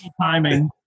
timing